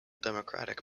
democratic